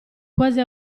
quasi